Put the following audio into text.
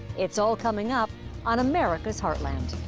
it's all coming up on america's heartland.